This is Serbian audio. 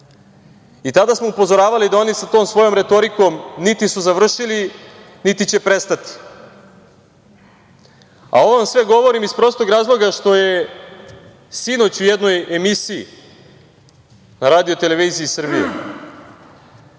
Tada smo upozoravali da oni sa tom svojom retorikom niti su završili, niti će prestati. Ovo vam sve govorim iz prostog razloga što je sinoć u jednoj emisiji na RTS-u koja je